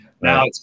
now